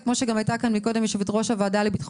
וכמו שגם הייתה כאן מקודם יושבת ראש הוועדה לביטחון